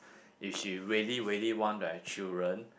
if she really really want to have children